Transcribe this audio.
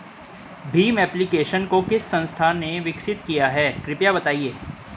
Bhim application को किस संस्था ने विकसित किया है कृपया बताइए?